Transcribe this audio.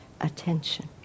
attention